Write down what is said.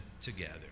together